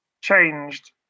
changed